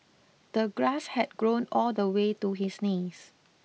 the grass had grown all the way to his knees